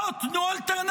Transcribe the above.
בוא, תנו אלטרנטיבה.